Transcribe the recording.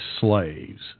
slaves